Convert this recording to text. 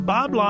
Bob